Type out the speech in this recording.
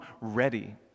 ready